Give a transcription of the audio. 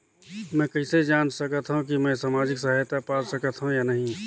मै कइसे जान सकथव कि मैं समाजिक सहायता पा सकथव या नहीं?